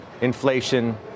inflation